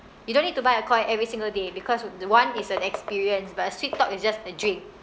you don't need to buy a Koi every single day because the one is an experience but Sweettalk is just a drink